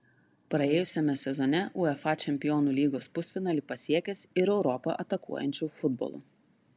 praėjusiame sezone uefa čempionų lygos pusfinalį pasiekęs ir europą atakuojančiu futbolu